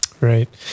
Right